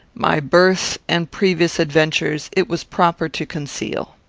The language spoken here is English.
my birth and previous adventures it was proper to conceal.